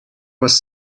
was